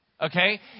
Okay